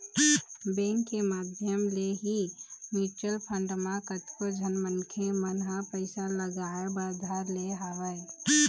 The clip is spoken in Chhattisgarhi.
बेंक के माधियम ले ही म्यूचुवल फंड म कतको झन मनखे मन ह पइसा लगाय बर धर ले हवय